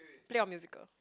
play or musical